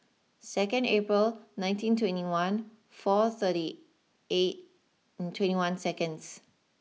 second April nineteen twenty one four thirty eight twenty one seconds